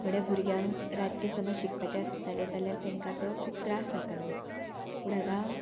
थोड्या भुरग्यांक रातचे समज शिकपाचें आसतालें जाल्यार तेंकां तो खूब त्रास जातालो पूण आतां